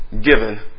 given